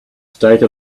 state